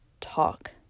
talk